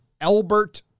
Albert